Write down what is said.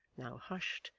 now hushed,